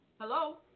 Hello